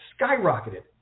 skyrocketed